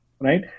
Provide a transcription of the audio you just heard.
right